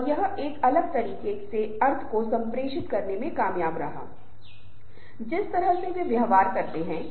तो ये चीजें हमेशा एक दूसरे को बहुत सारी भावना और उत्साह के साथ आगे बढ़ने में मदद करती हैं